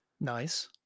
nice